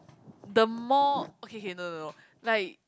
the more okay okay no no no like